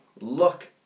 Look